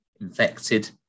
infected